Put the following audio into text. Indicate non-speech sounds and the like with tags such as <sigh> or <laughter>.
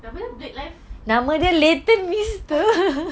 apa dia blake live <laughs>